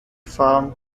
farm